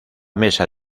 mesa